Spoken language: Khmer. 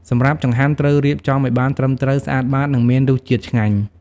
សម្រាប់ចង្ហាន់ត្រូវរៀបចំឲ្យបានត្រឹមត្រូវ ស្អាតបាត និងមានរសជាតិឆ្ងាញ់។